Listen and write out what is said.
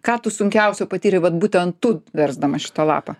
ką tu sunkiausio patyrei vat būtent tu versdama šitą lapą